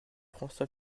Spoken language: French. françois